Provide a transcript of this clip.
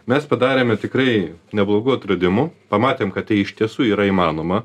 mes padarėme tikrai neblogų atradimų pamatėm kad tai iš tiesų yra įmanoma